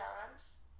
parents